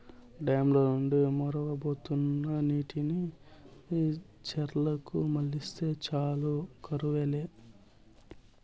dam ల నుండి మొరవబోతున్న నీటిని చెర్లకు మల్లిస్తే చాలు కరువు లే